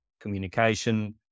communication